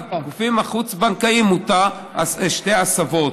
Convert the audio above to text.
החוץ-בנקאיים מותרות שתי הסבות.